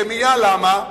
רמייה, למה?